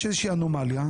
יש איזו שהיא אנומליה,